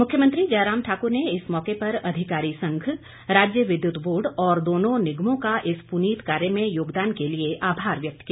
मुख्यमंत्री जयराम ठाकुर ने इस मौके पर अधिकारी संघ राज्य विद्युत बोर्ड और दोनों निगमों का इस पुनित कार्य में योगदान के लिए आभार व्यक्त किया